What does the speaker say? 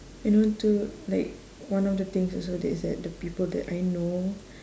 and on to like one of the things also that is that the people that I know